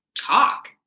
Talk